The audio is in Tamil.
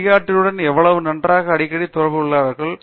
வழிகாட்டியுடன் எவ்வளவு நன்றாக அடிக்கடி தொடர்புகொள்கிறார்கள்